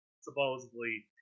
supposedly